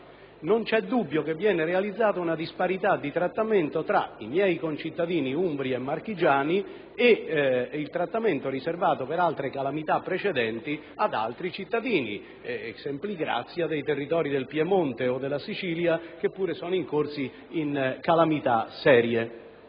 non c'è dubbio che si realizza una disparità nel trattamento riservato ai miei concittadini umbri e marchigiani se paragonato a quello riservato per altre calamità precedenti ad altri cittadini, *exempli gratia* dei territori del Piemonte o della Sicilia, che pure sono incorsi in calamità serie.